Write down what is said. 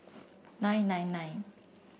nine nine nine